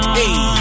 hey